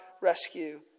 rescue